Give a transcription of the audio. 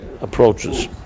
approaches